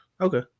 Okay